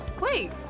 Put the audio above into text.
Wait